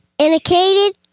Indicated